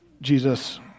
Jesus